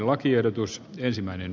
arvoisa puhemies